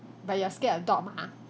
but you are scared of dog mah